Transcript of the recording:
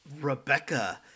rebecca